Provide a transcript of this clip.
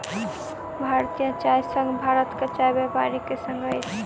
भारतीय चाय संघ भारतक चाय व्यापारी के संग अछि